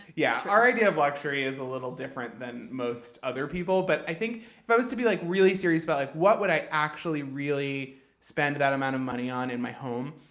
yeah, our idea of luxury is a little different than most other people, but i think if i was to be like really serious about like what would i actually, really spend that amount of money on in my home?